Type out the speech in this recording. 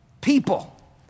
people